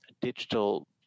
digital